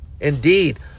Indeed